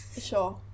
sure